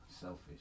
selfish